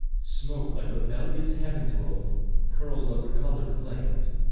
smoke like rebellious heavens rolled curled over coloured flames,